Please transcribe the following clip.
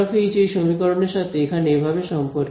∇× H এই সমীকরণ এর সাথে এখানে এভাবে সম্পর্কিত